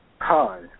Hi